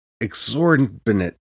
exorbitant